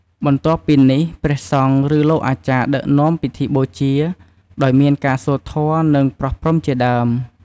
បន្ទាប់ពីនេះព្រះសង្ឃ ឬលោកអាចារ្យដឹកនាំពិធីបូជា ដោយមានការសូត្រធម៌ និងប្រោះព្រំជាដើម។